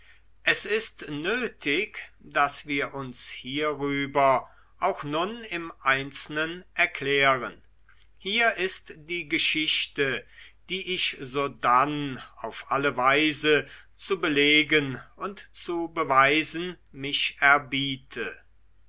es ist nötig daß wir uns hierüber auch nun im einzelnen erklären hier ist die geschichte die ich sodann auf alle weise zu belegen und zu beweisen mich erbiete